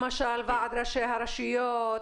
למשל ועד ראשי הרשויות,